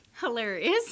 hilarious